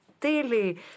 daily